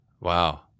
Wow